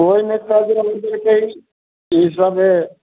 कोइ नहि सहजबन देलकै ई सबमे